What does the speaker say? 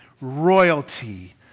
royalty